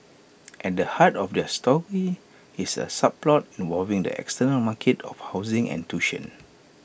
at the heart of their story is A subplot involving the external markets of housing and tuition